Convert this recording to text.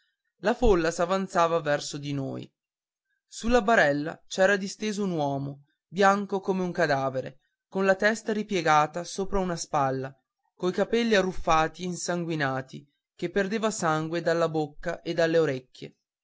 la folla s'avanzava verso di noi sulla barella c'era disteso un uomo bianco come un cadavere con la testa ripiegata sopra una spalla coi capelli arruffati e insanguinati che perdeva sangue dalla bocca e dalle orecchie